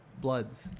bloods